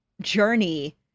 journey